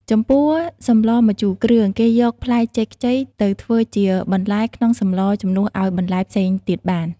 ចំពោះសម្លរម្ជូរគ្រឿង គេយកផ្លែចេកខ្ចីទៅធ្វើជាបន្លែក្នុងសម្លរជំនួសឱ្យបន្លែផ្សេងទៀតបាន។